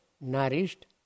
nourished